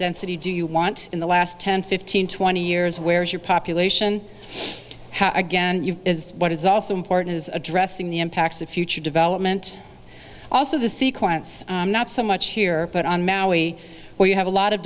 density do you want in the last ten fifteen twenty years where's your population how again you've is what is also important is addressing the impacts of future development also the sequence not so much here but on maui where you have a lot of